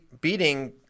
beating